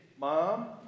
Mom